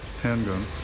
handgun